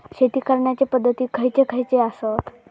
शेतीच्या करण्याचे पध्दती खैचे खैचे आसत?